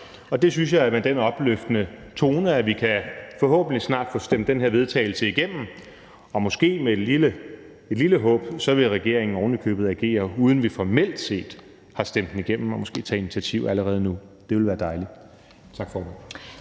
Og jeg synes, at med den opløftende tone kan vi forhåbentlig snart få stemt det her forslag til vedtagelse igennem, og måske – med et lille håb – vil regeringen ovenikøbet agere, uden at vi formelt set har stemt det igennem, og måske tage initiativ allerede nu. Det ville være dejligt. Kl.